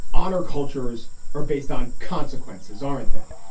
honor cultures are based on consequences, aren't they?